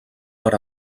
per